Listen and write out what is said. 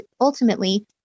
ultimately